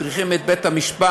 מטריחים את בית-המשפט,